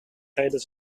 rijden